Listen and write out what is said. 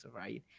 right